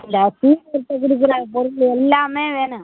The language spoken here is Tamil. இ ப கொடுத்த கொடுக்குற பொருள் எல்லாமே வேணும்